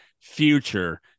future